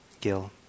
Gil